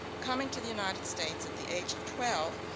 coming to the united states at the age of twelve,